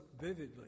vividly